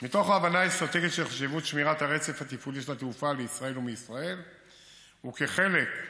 של רשות שדות התעופה והקמת שדה התעופה החדש